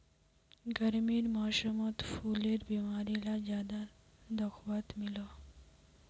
गर्मीर मौसमोत फुलेर बीमारी ला ज्यादा दखवात मिलोह